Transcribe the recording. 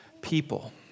people